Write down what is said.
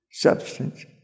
Substance